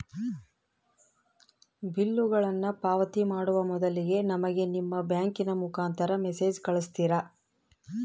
ಬಿಲ್ಲುಗಳನ್ನ ಪಾವತಿ ಮಾಡುವ ಮೊದಲಿಗೆ ನಮಗೆ ನಿಮ್ಮ ಬ್ಯಾಂಕಿನ ಮುಖಾಂತರ ಮೆಸೇಜ್ ಕಳಿಸ್ತಿರಾ?